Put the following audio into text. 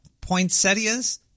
poinsettias